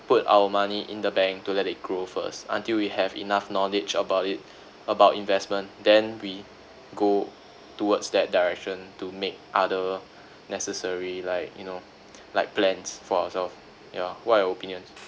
put our money in the bank to let it grow first until we have enough knowledge about it about investment then we go towards that direction to make other necessary like you know like plans for ourself ya what are your opinions